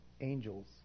angels